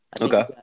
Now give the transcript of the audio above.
Okay